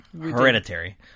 Hereditary